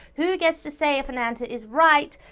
who gets to say if an answer is right,